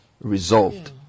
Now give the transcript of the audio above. resolved